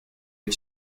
est